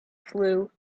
flu